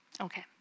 Okay